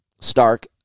Stark